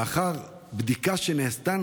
לאחר הבדיקה שנעשתה,